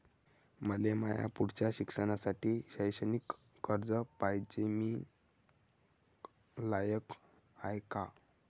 मले माया पुढच्या शिक्षणासाठी शैक्षणिक कर्ज पायजे, मी लायक हाय का?